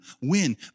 win